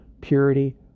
purity